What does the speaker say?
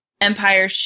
empire